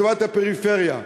לטובת הפריפריה.